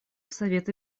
совета